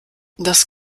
das